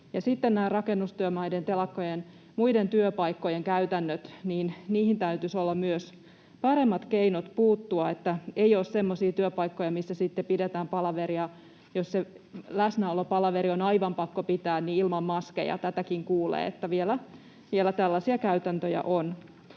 rakennustyömaiden, telakoiden, muiden työpaikkojen käytännöt: Niihin täytyisi olla myös paremmat keinot puuttua, ettei ole semmoisia työpaikkoja, missä sitten pidetään palaveria — jos se läsnäolopalaveri on aivan pakko pitää — ilman maskeja. Tätäkin kuulee, että vielä tällaisia käytäntöjä on.